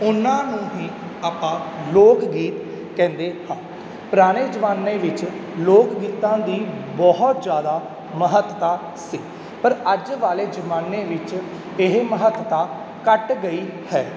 ਉਹਨਾਂ ਨੂੰ ਹੀ ਆਪਾਂ ਲੋਕ ਗੀਤ ਕਹਿੰਦੇ ਹਾਂ ਪੁਰਾਣੇ ਜ਼ਮਾਨੇ ਵਿੱਚ ਲੋਕ ਗੀਤਾਂ ਦੀ ਬਹੁਤ ਜ਼ਿਆਦਾ ਮਹੱਤਤਾ ਸੀ ਪਰ ਅੱਜ ਵਾਲੇ ਜ਼ਮਾਨੇ ਵਿੱਚ ਇਹ ਮਹੱਤਤਾ ਘੱਟ ਗਈ ਹੈ